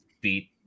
beat